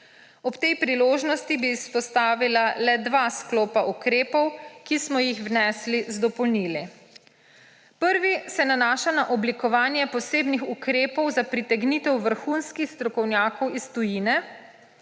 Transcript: Ob tej priložnosti bi izpostavila le dva sklopa ukrepov, ki smo jih vnesli z dopolnili. Prvi se nanaša na oblikovanje posebnih ukrepov za pritegnitev vrhunskih strokovnjakov iz tujine.